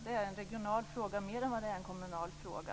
Det är en regional fråga mer än det är en kommunal fråga.